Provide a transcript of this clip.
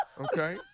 Okay